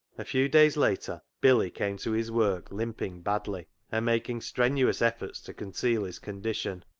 a few days later billy came to his work limping badly, and making strenuous efforts to conceal his condition.